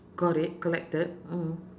got it collected mm